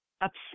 upset